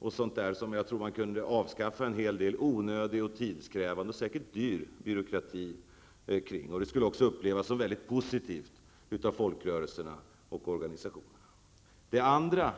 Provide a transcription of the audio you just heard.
Det finns en hel del onödig, tidskrävande och säkert dyrbar byråkrati som man kunde avskaffa. Det skulle upplevas som väldigt positivt av folkrörelserna och av organisationerna.